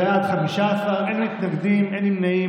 בעד, 15, אין מתנגדים, אין נמנעים.